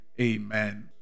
amen